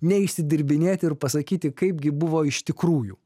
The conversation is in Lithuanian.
neišsidirbinėti ir pasakyti kaipgi buvo iš tikrųjų